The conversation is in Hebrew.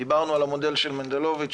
דיברנו על המודל של מנדלוביץ',